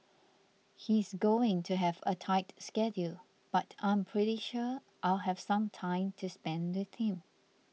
he's going to have a tight schedule but I'm pretty sure I'll have some time to spend with him